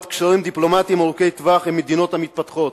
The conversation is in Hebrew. קשרים דיפלומטיים ארוכי טווח עם המדינות המתפתחות.